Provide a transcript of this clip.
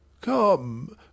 come